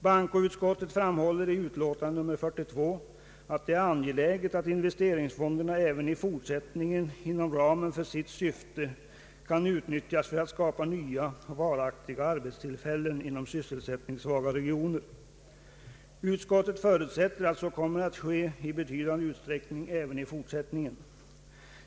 Bankoutskottet framhåller i sitt utlåtande nr 42, att det enligt utskottets mening är angeläget att investeringsfonderna även i fortsättningen inom ramen för sitt syfte kan utnyttjas för att skapa nya och varaktiga arbetstillfällen i sysselsättningssvaga regioner. Utskottet förutsätter att så kommer att ske i betydande utsträckning även i fortsättningen.